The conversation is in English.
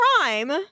crime